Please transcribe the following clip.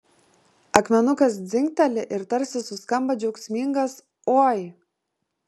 akmenukas dzingteli ir tarsi suskamba džiaugsmingas oi